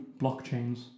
blockchains